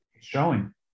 showing